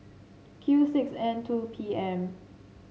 Q six N two P M